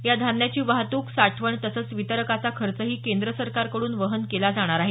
या धान्याची वाहतूक साठवण तसंच वितरकाचा खर्चही केंद्र सरकारकडून वहन केला जाणार आहे